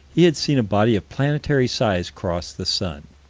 he had seen a body of planetary size cross the sun.